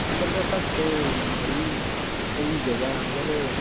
अंबरसर तक ते बड़ी स्हेई जगह ऐ मगर